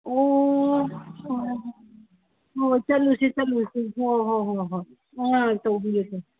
ꯑꯣ ꯑꯣ ꯍꯣꯏ ꯆꯠꯂꯨꯁꯤ ꯆꯠꯂꯨꯁꯤ ꯍꯣ ꯍꯣꯍꯣ ꯍꯣꯏ ꯎꯝ ꯇꯧꯕꯤꯔꯁꯦ